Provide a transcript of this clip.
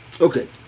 Okay